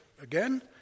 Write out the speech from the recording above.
again